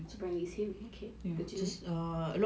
when you say okay